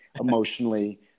emotionally